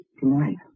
tonight